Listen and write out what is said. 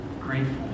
grateful